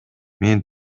мен